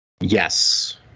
Yes